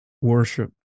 worship